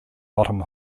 bottom